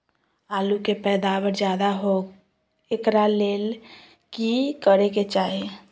आलु के पैदावार ज्यादा होय एकरा ले की करे के चाही?